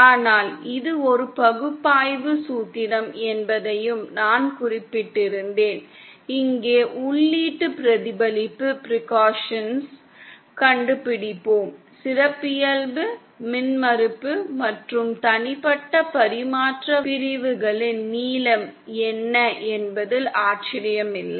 ஆனால் இது ஒரு பகுப்பாய்வு சூத்திரம் என்பதையும் நான் குறிப்பிட்டிருந்தேன் இங்கே உள்ளீட்டு பிரதிபலிப்பு பர்குஷன்களை கண்டுபிடிப்போம் சிறப்பியல்பு மின்மறுப்பு மற்றும் தனிப்பட்ட பரிமாற்ற வரி பிரிவுகளின் நீளம் என்ன என்பதில் ஆச்சரியமில்லை